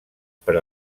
per